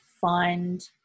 find